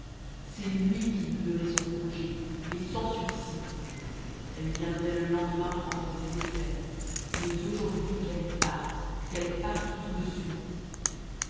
c'est lui qui lui donnait son congé et sans sursis elle viendrait le lendemain prendre ses effets mais aujourd'hui qu'elle parte qu'elle parte tout de suite